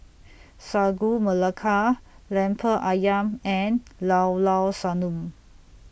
Sagu Melaka Lemper Ayam and Llao Llao Sanum